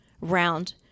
round